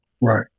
right